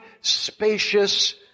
spacious